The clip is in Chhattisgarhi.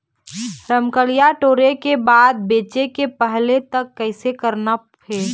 रमकलिया टोरे के बाद बेंचे के पहले तक कइसे रखना हे?